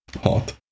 hot